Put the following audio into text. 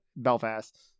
Belfast